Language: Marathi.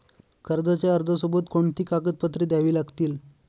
कर्जाच्या अर्जासोबत कोणती कागदपत्रे द्यावी लागतील?